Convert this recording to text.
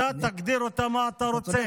אתה תגדיר מה שאתה רוצה.